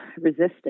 resistance